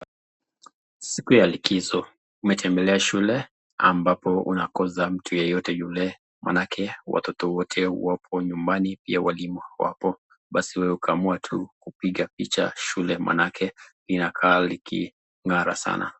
Siku ya likizo nimetembekea shule ambapo unakosa mtu yeyote yule manake watoto wote wapo nyumbani, pia walimu wako. Basi wewe ukaamua tu kupiga picha shule manake inakaa likingara sana.